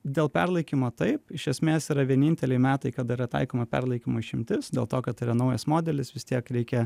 dėl perlaikymo taip iš esmės yra vieninteliai metai kada yra taikoma perlaikymui išimtis dėl to kad tai yra naujas modelis vis tiek reikia